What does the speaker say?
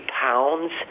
pounds